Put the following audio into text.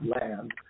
land